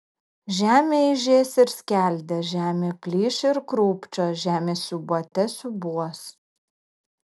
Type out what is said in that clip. žemė aižės ir skeldės žemė plyš ir krūpčios žemė siūbuote siūbuos